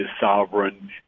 sovereign